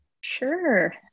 sure